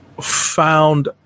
found